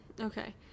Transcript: okay